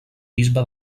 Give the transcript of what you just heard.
bisbe